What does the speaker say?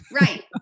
Right